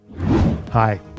Hi